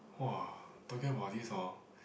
[wah] talking about this hor